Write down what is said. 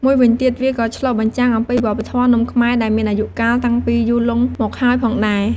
មួយវិញទៀត វាក៏ឆ្លុះបញ្ចាំងអំពីវប្បធម៌នំខ្មែរដែលមានអាយុកាលតាំងពីយូរលង់មកហើយផងដែរ។